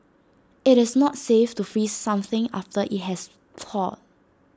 IT is not safe to freeze something after IT has thawed